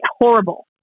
horrible